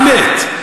זו האמת.